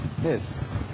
Yes